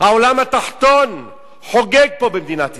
העולם התחתון חוגג פה במדינת ישראל.